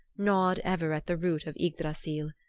gnawed ever at the root of ygdrassil.